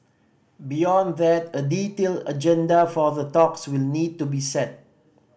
beyond that a detailed agenda for the talks will need to be set